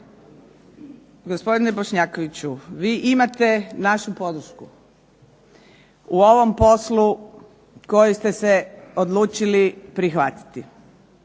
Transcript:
Gospodine Bošnjakoviću, vi imate našu podršku u ovom poslu koji ste se odlučili prihvatiti,